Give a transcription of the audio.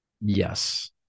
Yes